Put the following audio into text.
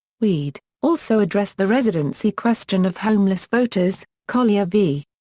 weed, also addressed the residency question of homeless voters collier v.